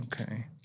okay